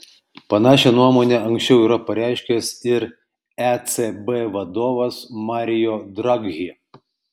panašią nuomonę anksčiau yra pareiškęs ir ecb vadovas mario draghi